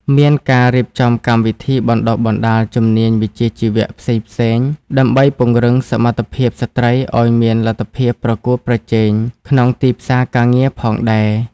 មានការរៀបចំកម្មវិធីបណ្តុះបណ្តាលជំនាញវិជ្ជាជីវៈផ្សេងៗ ដើម្បីពង្រឹងសមត្ថភាពស្ត្រីឱ្យមានលទ្ធភាពប្រកួតប្រជែងក្នុងទីផ្សារការងារផងដែរ។